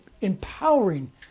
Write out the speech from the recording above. empowering